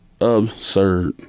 Absurd